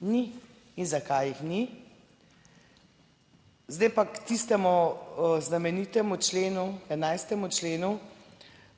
Ni. In zakaj jih ni? Zdaj pa k tistemu znamenitemu členu, k 11. členu,